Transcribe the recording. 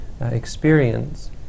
experience